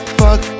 fuck